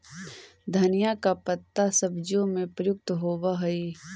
धनिया का पत्ता सब्जियों में प्रयुक्त होवअ हई